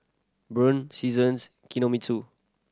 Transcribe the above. Braun Seasons Kinohimitsu